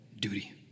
duty